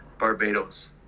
Barbados